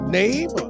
name